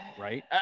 right